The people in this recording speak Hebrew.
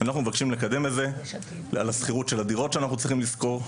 אנחנו מבקשים לקדם את זה על השכירות של הדירות שאנחנו צריכים לשכור,